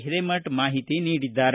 ಹಿರೇಮಠ ಮಾಹಿತಿ ನೀಡಿದ್ದಾರೆ